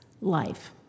life